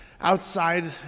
outside